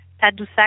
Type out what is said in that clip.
Tadoussac